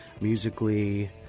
musically